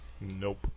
Nope